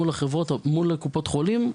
מול קופות חולים,